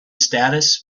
status